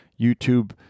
YouTube